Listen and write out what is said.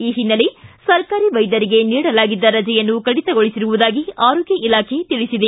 ಈ ಹಿನ್ನೆಲೆ ಸರ್ಕಾರಿ ವೈದ್ಯರಿಗೆ ನೀಡಲಾಗಿದ್ದ ರಜೆಯನ್ನು ಕಡಿತಗೊಳಿಸಿರುವುದಾಗಿ ಆರೋಗ್ಯ ಇಲಾಖೆ ತಿಳಿಸಿದೆ